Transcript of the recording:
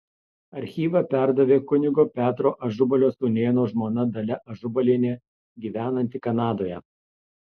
archyvą perdavė kunigo petro ažubalio sūnėno žmona dalia ažubalienė gyvenanti kanadoje